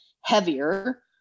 heavier